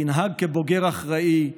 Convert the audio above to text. תנהג כבוגר אחראי,